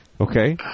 Okay